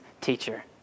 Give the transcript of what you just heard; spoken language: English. teacher